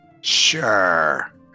Sure